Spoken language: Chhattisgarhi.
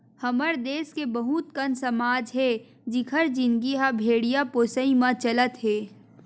हमर देस के बहुत कन समाज हे जिखर जिनगी ह भेड़िया पोसई म चलत हे